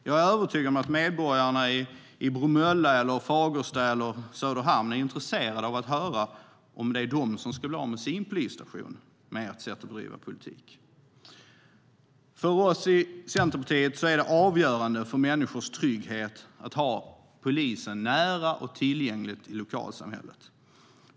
Jag är övertygad om att medborgarna i Bromölla, Fagersta eller Söderhamn är intresserade av att höra om det är de som ska bli av med sin polisstation med ert sätt att bedriva politik. För oss i Centerpartiet är det avgörande för människors trygghet att ha polisen nära och tillgänglig i lokalsamhället.